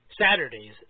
Saturdays